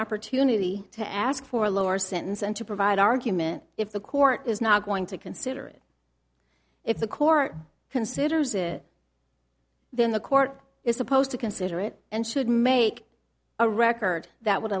opportunity to ask for a lower sentence and to provide argument if the court is not going to consider it if the court considers it then the court is supposed to consider it and should make a record that would